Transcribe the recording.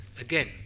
again